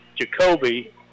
Jacoby